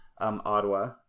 ottawa